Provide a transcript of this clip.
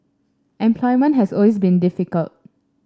employment has always been difficult